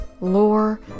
lore